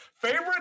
Favorite